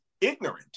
ignorant